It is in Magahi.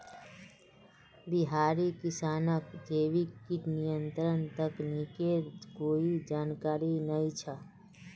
बिहारी किसानक जैविक कीट नियंत्रण तकनीकेर कोई जानकारी नइ छ